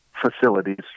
facilities